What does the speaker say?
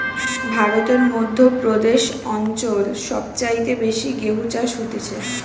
ভারতের মধ্য প্রদেশ অঞ্চল সব চাইতে বেশি গেহু চাষ হতিছে